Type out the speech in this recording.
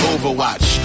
Overwatch